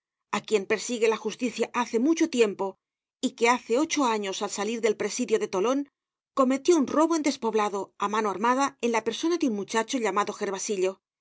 á quieñ oersigue la justicia hace mucho tiempo y que hace ocho años al salir del presií de tolón cometió un robo en despoblado á mano armada en la persona do un muchacho llamado gervasillo